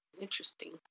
interesting